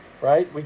right